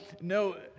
no